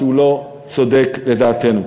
שהוא לא צודק לדעתי.